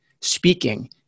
speaking